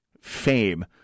fame